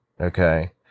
okay